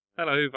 Hello